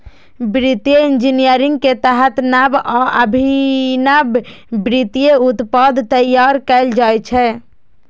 वित्तीय इंजीनियरिंग के तहत नव आ अभिनव वित्तीय उत्पाद तैयार कैल जाइ छै